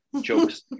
jokes